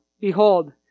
behold